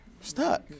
Stuck